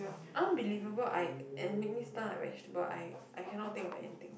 unbelievable I and make me stunned like vegetable I I cannot think of anything